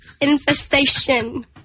infestation